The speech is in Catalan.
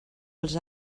els